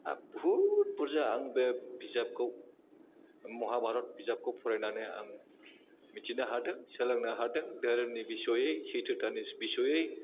आर बुहुत बुरजा आं बे बिजाबखौ माहाभारत बिजाबखौ फरायनानै आङो मिथिनो हादों सोलोंनो हादों धोरोमनि बिशयै सैथ'थानि बिसयै